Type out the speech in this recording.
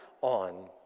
on